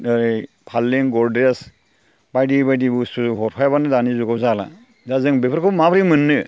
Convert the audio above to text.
ओरै फालें गद्रेज बायदि बायदि बुस्थु हरफायाब्लानो दानि जुगाव जाला दा जों बेफोरखौ माब्रै मोननो